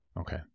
Okay